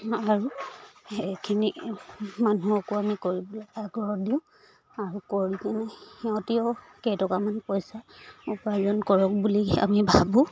আৰু এইখিনি মানুহকো আমি কৰিবলৈ আগ্ৰহ দিওঁ আৰু কৰি কিনে সিহঁতিও কেইটকামান পইচা উপাৰ্জন কৰক বুলি আমি ভাবোঁ